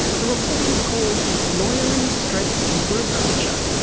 the report is called lawyering stress and work culture.